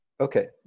Okay